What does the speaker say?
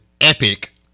epic